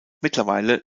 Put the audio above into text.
mittlerweile